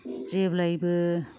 जेब्लायबो